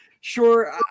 sure